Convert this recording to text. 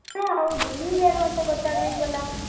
ಹ್ಞೂ ಹೌದು ನೀವ್ಯಾರು ಅಂತ ಗೊತ್ತಾಗ್ಲಿಲ್ಲವಲ್ಲಾ